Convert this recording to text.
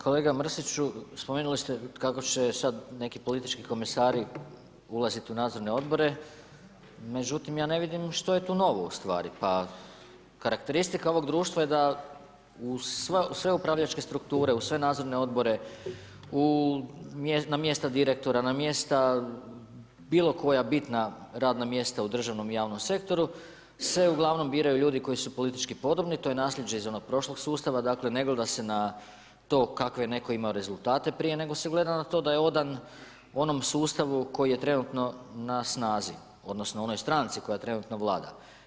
Kolega Mrsiću, spomenuli ste kako će sada neki politički komesari ulaziti u nadzorne odbore, međutim, ja ne vidim što je tu novo ustvari, pa karakteristika ovog društva je da u sve upravljačke strukture, u sve nadzorne odbore, na mjesta direktora, na mjesta bilo koja bitna radna mjesta u državnom i javnom sektoru se uglavnom biraju ljudi koji su politički podobni, to je naslijeđe iz onog prošlog sustava, dakle, ne gleda se na to kakve je netko imao rezultate prije, nego se gleda da je odan onom sustavu koji je trenutno na snazi odnosno onoj stranci koja trenutno vlada.